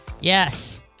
Yes